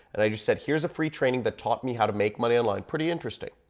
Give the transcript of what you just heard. and i just said, here's a free training that taught me how to make money online. pretty interesting.